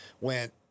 went